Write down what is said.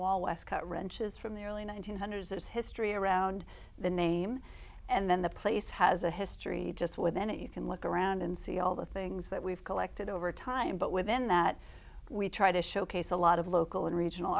wall wescott wrenches from the early one nine hundred s history around the name and then the place has a history just within it you can look around and see all the things that we've collected over time but within that we try to showcase a lot of local and regional